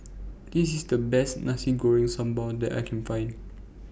This IS The Best Nasi Goreng Sambal that I Can Find